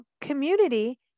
community